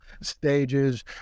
stages